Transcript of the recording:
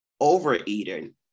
Overeating